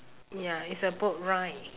ya it's a boat ride